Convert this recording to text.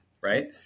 right